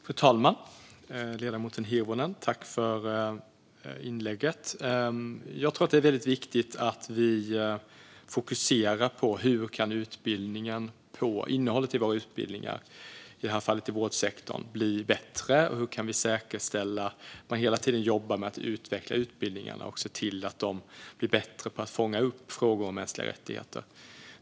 Fru talman! Tack för inlägget, ledamoten Hirvonen! Jag tror att det är väldigt viktigt att vi fokuserar på hur innehållet i våra utbildningar, i detta fall i vårdsektorn, kan bli bättre och hur vi kan säkerställa att man hela tiden jobbar med att utveckla utbildningarna och se till att de blir bättre på att fånga upp frågor om mänskliga rättigheter.